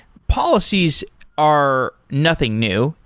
policies are nothing new,